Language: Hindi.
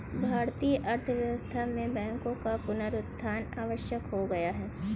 भारतीय अर्थव्यवस्था में बैंकों का पुनरुत्थान आवश्यक हो गया है